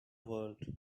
world